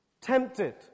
tempted